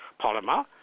polymer